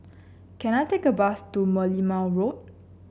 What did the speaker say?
can I take a bus to Merlimau Road